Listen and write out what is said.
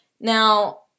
now